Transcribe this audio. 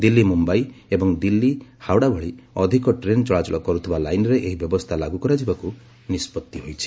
ଦିଲ୍ଲୀ ମୁମ୍ବାଇ ଏବଂ ଦିଲ୍ଲୀ ହାଓଡା ଭଳି ଅଧିକ ଟ୍ରେନ୍ ଚଳାଚଳ କରୁଥିବା ଲାଇନ୍ରେ ଏହି ବ୍ୟବସ୍ଥା ଲାଗୁ କରାଯିବାକୁ ନିଷ୍ପଭି ହୋଇଛି